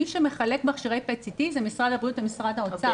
מי שמחלק מכשירי PET-CT זה משרד הבריאות ומשרד האוצר.